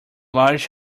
large